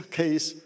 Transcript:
case